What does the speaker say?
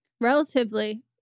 Relatively